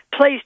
Please